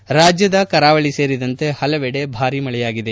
ಹವಾಮಾನ ರಾಜ್ಞದ ಕರಾವಳಿ ಸೇರಿದಂತೆ ಹಲವೆಡೆ ಭಾರೀ ಮಳೆಯಾಗಿದೆ